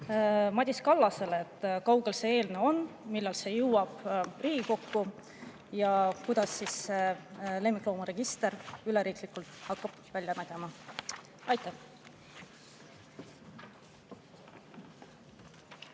Madis Kallasele, et kaugel see eelnõu on, millal see jõuab Riigikokku ja kuidas lemmikloomaregister üleriigiliselt hakkab välja nägema. Aitäh!